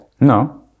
no